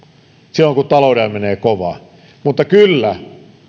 silloin kun taloudella menee kovaa mutta kyllä